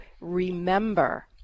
remember